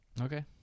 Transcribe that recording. Okay